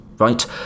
right